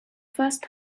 first